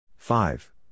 Five